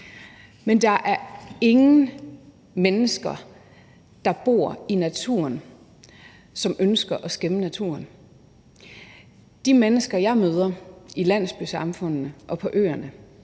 Men der er ingen mennesker, der bor i naturen, som ønsker at skæmme naturen. De mennesker, jeg møder i landsbysamfundene og på øerne,